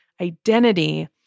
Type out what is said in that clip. identity